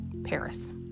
Paris